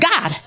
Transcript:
God